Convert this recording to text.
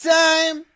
time